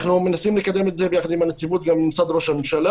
אנחנו מנסים לקדם את זה יחד עם הנציבות וגם עם משרד ראש הממשלה.